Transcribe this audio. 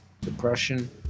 depression